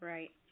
Right